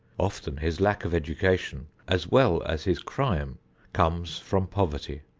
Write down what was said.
often his lack of education as well as his crime comes from poverty.